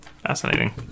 Fascinating